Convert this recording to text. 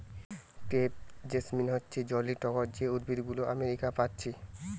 crepe jasmine হচ্ছে জংলি টগর যে উদ্ভিদ গুলো আমেরিকা পাচ্ছি